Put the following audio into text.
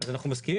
אז אנחנו מסכימים.